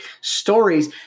stories